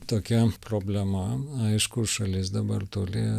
tokia problema aišku šalis dabar turi